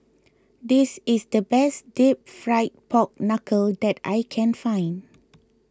this is the best Deep Fried Pork Knuckle that I can find